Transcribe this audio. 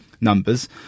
numbers